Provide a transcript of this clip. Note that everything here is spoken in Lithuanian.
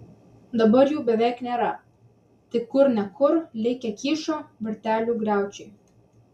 dabar jų beveik nėra tik kur ne kur likę kyšo vartelių griaučiai